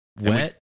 wet